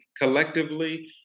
collectively